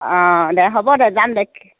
অ দে হ'ব দে যাম দে